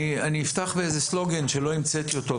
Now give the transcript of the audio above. אני אפתח את הוועדה באיזה סלוגן שלא המצאתי אותו,